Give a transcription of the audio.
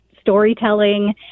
storytelling